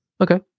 Okay